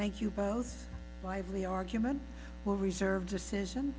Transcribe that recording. thank you both lively argument for reserve decision